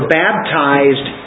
baptized